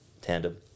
tandem